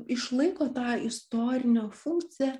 išlaiko tą istorinę funkciją